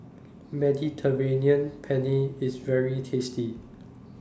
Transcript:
Mediterranean Penne IS very tasty